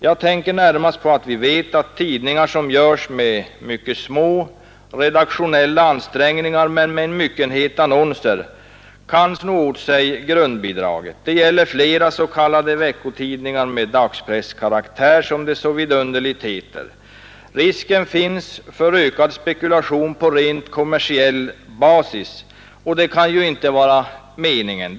Jag tänker närmast på att tidningar som görs med mycket små redaktionella ansträngningar men med en myckenhet annonser kan sno åt sig grundbidraget. Det gäller flera ”veckotidningar med dagspresskaraktär”, som det så vidunderligt heter. Risken finns för ökad spekulation på rent kommersiell basis, och det kan ju inte vara meningen.